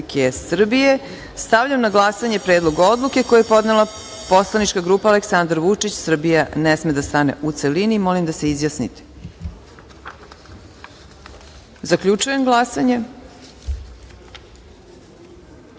SRBIJE.Stavljam na glasanje Predlog odluke, koji je podnela poslanička grupa Aleksandar Vučić – Srbija ne sme da stane, u celini. Molim da se izjasnite. Zaključujem glasanje: